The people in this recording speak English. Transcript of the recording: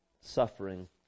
suffering